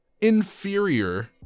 inferior